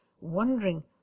wondering